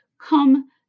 come